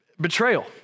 betrayal